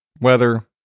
Weather